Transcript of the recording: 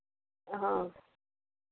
ᱦᱚᱸ